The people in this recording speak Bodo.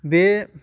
बे